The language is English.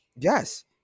Yes